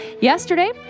Yesterday